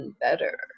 better